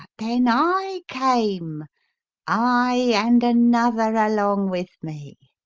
then i came i, and another along with me.